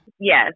Yes